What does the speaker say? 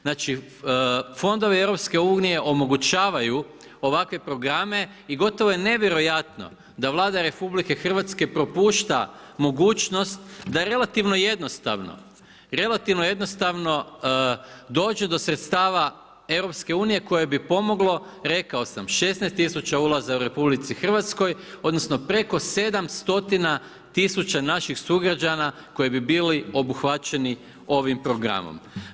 Znači, fondovi EU omogućavaju ovakve programe i gotovo je nevjerojatno da Vlada RH propušta mogućnost da relativno jednostavno dođe do sredstava EU koje bi pomoglo, rekao sam 16 tisuća ulaza u RH, odnosno preko 700 tisuća naših sugrađana koji bi bili obuhvaćeni ovim programom.